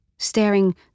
Staring